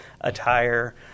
attire